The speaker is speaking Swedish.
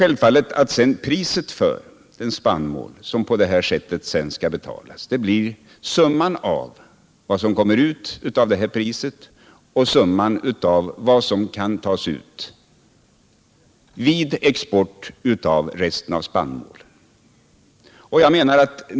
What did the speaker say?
Självfallet blir priset för den spannmål som skall betalas på detta sätt summan av det som man får in för den prisgaranterade kvantiteten och det som kan tas ut vid export av resten av spannmålen.